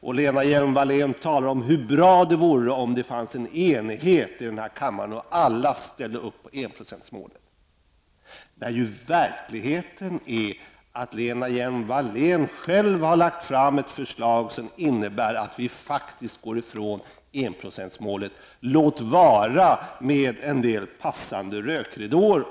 Lena Hjelm-Wallén talar om hur bra det vore om det fanns en enighet i kammaren och alla ställde upp på enprocentsmålet. Men verkligheten är ju den, att Lena Hjelm-Wallén själv har lagt fram ett förslag som innebär att vi faktiskt går ifrån enprocentsmålet -- låt vara att det sker under skydd av en del passande rökridåer.